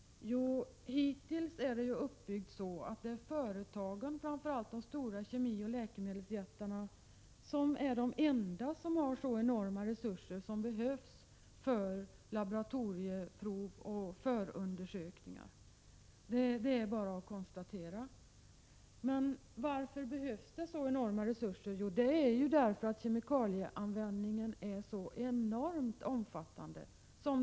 Hittills är det uppbyggt så att företagen, framför allt kemioch läkemedelsjättarna, är de enda som har så stora resurser som behövs för laboratorieprover och för undersökningar — det är bara att konstatera. Varför behövs det då så enorma resurser? Jo, därför att kemikalieanvändningen är så oerhört omfattande.